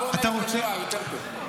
השואה, בוא נלך לשואה, יותר טוב.